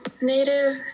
native